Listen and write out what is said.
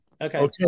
Okay